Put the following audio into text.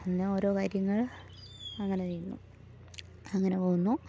പിന്നോരോ കാര്യങ്ങൾ അങ്ങനെ ചെയ്യുന്നു അങ്ങനെ പോകുന്നു